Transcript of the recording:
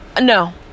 no